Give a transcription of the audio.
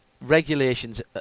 regulations